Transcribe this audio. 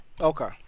Okay